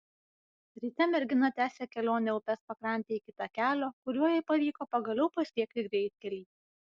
ryte mergina tęsė kelionę upės pakrante iki takelio kuriuo jai pavyko pagaliau pasiekti greitkelį